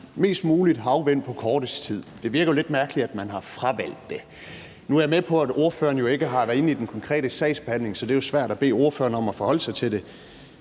mest mulig havvind på kortest tid. Det virker jo lidt mærkeligt, at man har fravalgt det. Nu er jeg med på, at ordføreren ikke har været inde i den konkrete sagsbehandling, så det er jo svært at bede ordføreren om at forholde sig til det,